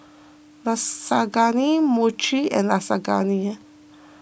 Lasagna Mochi and Lasagna